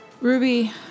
Ruby